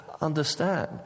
understand